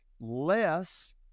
less